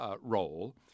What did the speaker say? Role